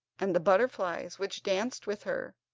and the butterflies which danced with her.